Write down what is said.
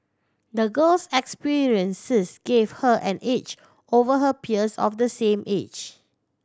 the girl's experiences gave her an edge over her peers of the same age